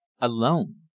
alone